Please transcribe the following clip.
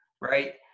right